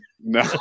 No